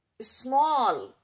small